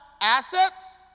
assets